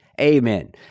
Amen